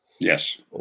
yes